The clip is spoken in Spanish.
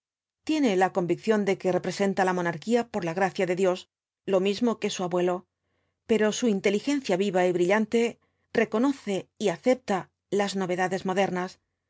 tiene la convicción de que representa la monarquía por la gracia de dios lo mismo que su abuelo pero su inteligencia viva y brillante reconoce y acepta las novedades modernas